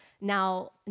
Now